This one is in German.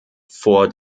vor